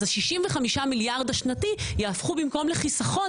אז ה-65 מיליארד השנתי יהפכו במקום לחיסכון,